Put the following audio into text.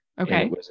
Okay